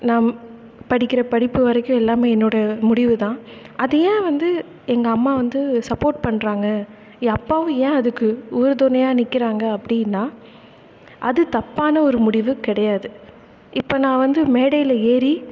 நான் படிக்கிற படிப்பு வரைக்கும் எல்லாமே என்னோட முடிவு தான் அது ஏன் வந்து எங்கள் அம்மா வந்து சப்போர்ட் பண்றாங்க என் அப்பாவும் ஏன் அதுக்கு உறுதுணையாக நிற்கிறாங்க அப்படின்னா அது தப்பான ஒரு முடிவு கிடையாது இப்போ நான் வந்து மேடையில் ஏறி